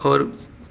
اور